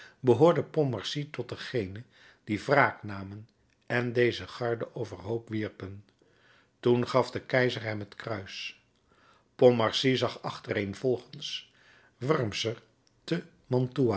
behoorde pontmercy tot degenen die wraak namen en deze garde overhoop wierpen toen gaf de keizer hem het kruis pontmercy zag achtereenvolgens wurmser te